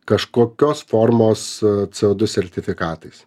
kažkokios formos co du sertifikatais